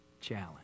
challenge